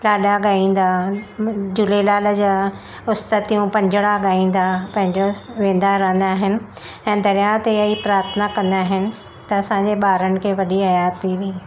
लाॾा ॻाईंदा झूलेलाल जा उस्तुतियूं पंजणा ॻाईंदा पंहिंजो वेंदा रहंदा आहिनि ऐं दरिया ते अहिड़ी प्रार्थना कंदा आहिनि त असांजे ॿारनि खे वॾी हयाती बि